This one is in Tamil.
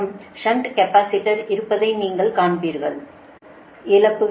இரண்டாவதாக ஒரு 220 KV 3 phase transmission line 60 kilometre நீளம் ஒரு கிலோ மீட்டருக்கு 0